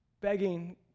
begging